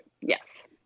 yes